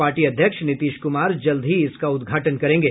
party अध्यक्ष नीतीश कुमार जल्द ही उसका उद्घाटन करेंगे